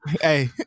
hey